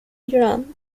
duran